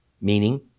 meaning